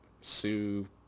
sue